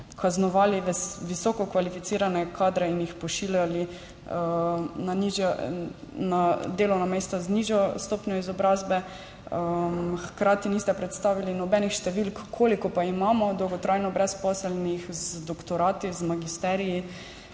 kaznovali visoko kvalificirane kadre in jih pošiljali na delovna mesta z nižjo stopnjo izobrazbe. Hkrati niste predstavili nobenih številk, koliko pa imamo dolgotrajno brezposelnih z doktorati, z magisteriji.